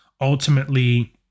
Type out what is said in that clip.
ultimately